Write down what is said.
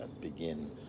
begin